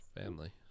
family